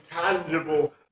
tangible